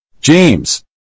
James